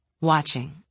watching